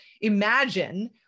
imagine